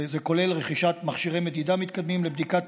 זה כולל רכישת מכשירי מדידה מתקדמים לבדיקת